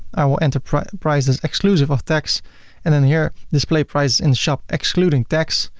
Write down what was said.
i will enter prices prices exclusive of tax and then here display prices in shop excluding tax,